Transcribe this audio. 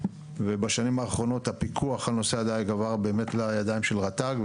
ובשנים האחרונות הפיקוח על נושא הדייג עבר באמת לידיים של רט"ג,